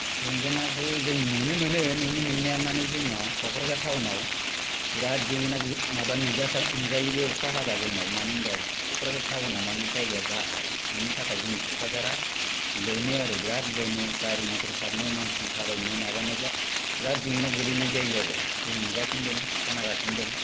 जेंगोनाखौ जों नुनो मोनो नुनो मोन्नाया माने जोंना क'क्राझार ताउनाव बेराद जेंगोना माबा नुजास्राङो नुजायो बे अखा हाबा जोंनाव मानो होनबा क'क्राझार ताउनाव माने जायगाया गाहाय बेनि थाखाय जोंनि क'क्राझारा लोमो आरो बिराद लोमो गारि मथर खारनो मानसि थाबायनो माबानो बिराद जेंगोनायाव गोलैनाय जायो आरो जों नुगासिनो दं खोनागासिनो दं